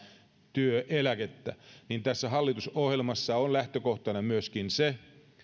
työeläkettä niin tässä hallitusohjelmassa on lähtökohtana myöskin se